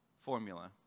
formula